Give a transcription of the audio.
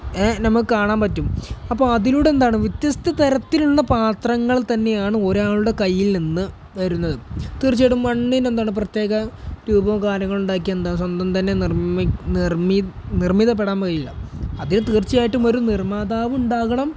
നമുക്ക് കാണാൻ പറ്റും അപ്പോൾ അതിലൂടെ എന്താണ് വ്യത്യസ്ത തരത്തിലുള്ള പാത്രങ്ങൾ തന്നെയാണ് ഒരാളുടെ കയ്യിൽ നിന്ന് വരുന്നത് തീർച്ചയായിട്ടും മണ്ണിനെന്താണ് പ്രത്യേക ട്യൂബോ കാര്യങ്ങളോ ഉണ്ടാക്കിയാൽ എന്താ സ്വന്തം തന്നെ നിർമ്മിതപ്പെടാൻ കഴിയില്ല അതിൽ തീർച്ചയായിട്ടും ഒരു നിർമ്മാതാവ് ഉണ്ടാകണം